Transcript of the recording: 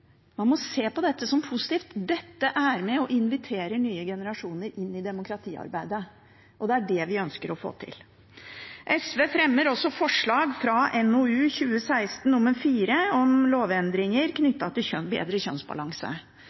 man må se på dette som positivt. Dette er med og inviterer nye generasjoner inn i demokratiarbeidet, og det er det vi ønsker å få til. SV fremmer også forslag fra NOU 2016:4 om lovendringer knyttet til bedre kjønnsbalanse.